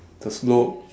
the slope